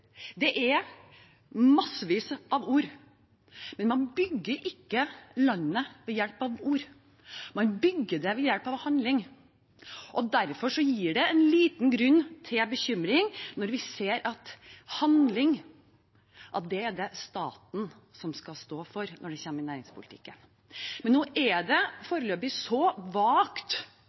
Det er massevis av ord, men man bygger ikke landet ved hjelp av ord. Man bygger det ved hjelp av handling, og derfor gir det en liten grunn til bekymring når vi ser at handling er det staten som skal stå for når det kommer til næringspolitikken. Men nå er det foreløpig så vagt,